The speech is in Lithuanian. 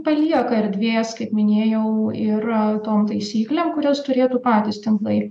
palieka erdvės kaip minėjau ir tom taisyklėm kurias turėtų patys tinklai